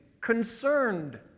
concerned